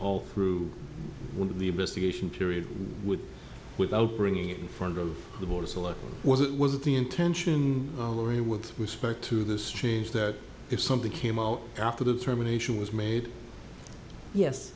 all through the investigation period with without bringing it in front of the board so what was it was the intention all henri with respect to this change that if something came out after the terminator was made yes